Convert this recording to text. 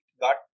got